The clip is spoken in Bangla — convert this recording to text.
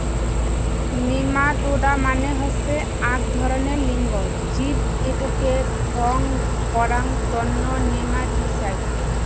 নেমাটোডা মানে হসে আক ধরণের লিঙ্গ জীব এটোকে থং করাং তন্ন নেমাটিসাইড